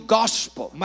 gospel